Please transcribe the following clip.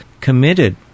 committed